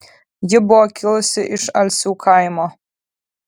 ji buvo kilusi iš alsių kaimo